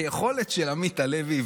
היכולת של עמית הלוי,